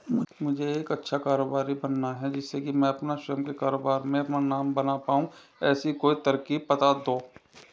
मुझे एक अच्छा कारोबारी बनना है जिससे कि मैं अपना स्वयं के कारोबार में अपना नाम बना पाऊं ऐसी कोई तरकीब पता दो?